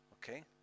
Okay